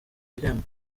ibihembo